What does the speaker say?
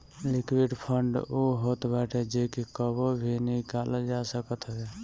liquid fund उ होत बाटे जेके कबो भी निकालल जा सकत हवे